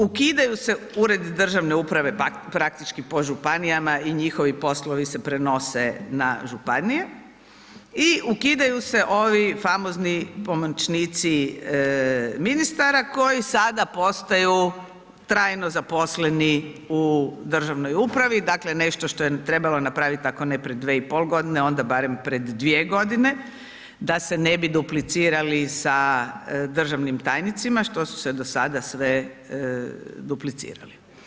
Ukidaju se uredi državne uprave praktički po županijama i njihovi poslovi se prenose na županije i ukidaju se ovi famozni pomoćnici ministara koji sada postaju trajno zaposleni u državnoj upravi, dakle, nešto što je trebalo napraviti nakon ne pred dvije i pol godine, onda barem pred dvije godine da se ne bi duplicirali sa državnim tajnicima, što su se do sada sve duplicirali.